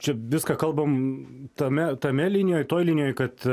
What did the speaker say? čia viską kalbam tame tame linijoj toj linijoj kad